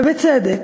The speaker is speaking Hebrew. ובצדק,